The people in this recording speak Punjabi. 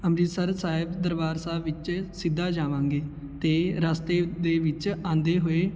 ਅੰਮ੍ਰਿਤਸਰ ਸਾਹਿਬ ਦਰਬਾਰ ਸਾਹਿਬ ਵਿੱਚ ਸਿੱਧਾ ਜਾਵਾਂਗੇ ਅਤੇ ਰਸਤੇ ਦੇ ਵਿੱਚ ਆਉਂਦੇ ਹੋਏ